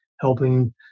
helping